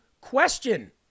question